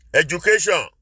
education